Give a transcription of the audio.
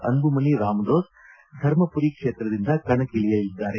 ಅನ್ಲುಮಣಿ ರಾಮದೊಸ್ ಧರ್ಮಪುರಿ ಕ್ಷೇತ್ರದಿಂದ ಕಣಕ್ಕಿಳಿಯಲಿದ್ದಾರೆ